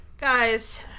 guys